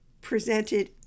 presented